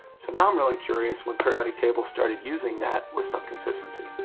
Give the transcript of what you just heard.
so now i'm really curious when periodic tables started using that with some consistency.